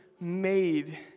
made